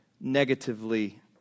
negatively